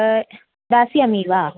दास्यामि वा